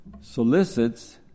solicits